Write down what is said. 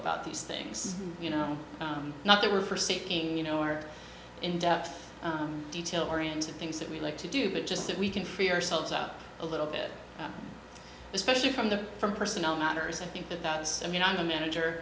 about these things you know not that we're for seeking you know our in depth detail oriented things that we like to do but just that we can free ourselves up a little bit especially from the from personnel matters i think that that's i mean i'm a manager